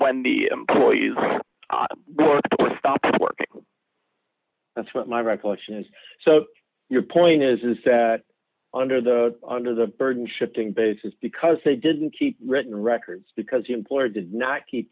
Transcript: when the employees stops working that's what my recollection is so your point is is that under the under the burden shifting basis because they didn't keep written records because the employer did not keep